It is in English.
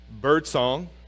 birdsong